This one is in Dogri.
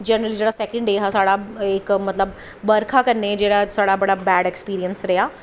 जानि सैंकड डे हा साढ़ा इक मतलब बरखा कन्नै साढ़ा जेह्ड़ी बड़ा बैड़ एक्सपिरिंस रेहा